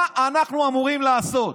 מה אנחנו אמורים לעשות?